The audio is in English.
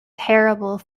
terrible